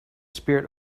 spirit